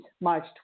March